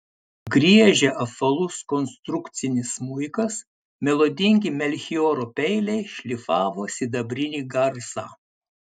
griežė apvalus konstrukcinis smuikas melodingi melchioro peiliai šlifavo sidabrinį garsą